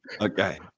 Okay